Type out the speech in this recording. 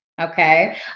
okay